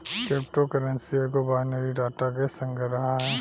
crypto currency एगो binary data के संग्रह ह